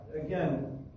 again